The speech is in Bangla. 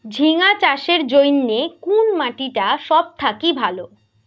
ঝিঙ্গা চাষের জইন্যে কুন মাটি টা সব থাকি ভালো?